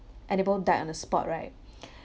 and they both died on the spot right